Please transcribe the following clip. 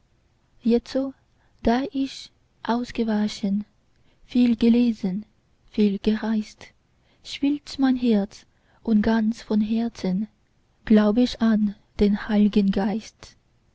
jetzo da ich ausgewachsen viel gelesen viel gereist schwillt mein herz und ganz von herzen glaub ich an den heilgen geist